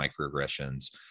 microaggressions